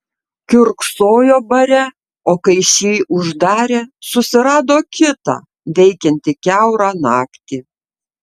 kiurksojo bare o kai šį uždarė susirado kitą veikiantį kiaurą naktį